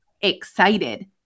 excited